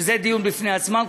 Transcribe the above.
שזה דיון בפני עצמו.